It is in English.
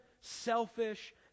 selfish